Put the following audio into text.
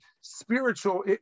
spiritual